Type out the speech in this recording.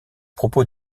propos